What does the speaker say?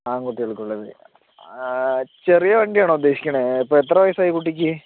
ആൺകുട്ടികൾക്കുള്ളത് ചെറിയ വണ്ടിയാണോ ഉദ്ദേശിക്കുന്നത് ഇപ്പൊൾ എത്ര വയസ്സായി കുട്ടിക്ക്